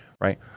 Right